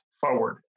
forward